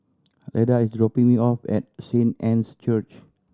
Leda is dropping me off at Saint Anne's Church